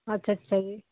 ਅੱਛਾ ਅੱਛਾ ਜੀ